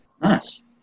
Nice